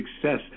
success